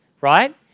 right